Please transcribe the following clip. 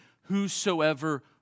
Whosoever